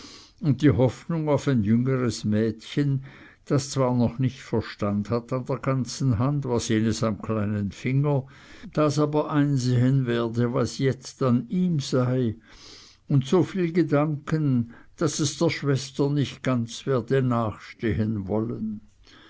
und die hoffnung auf ein jüngeres mädchen das zwar noch nicht verstand hat an der ganzen hand was jenes am kleinen finger das aber einsehen werde was jetzt an ihm sei und so viel gedanken daß es der schwester nicht ganz werde nachstehen wollen